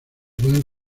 pueden